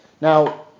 Now